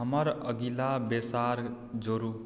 हमर अगिला बैसार जोड़ू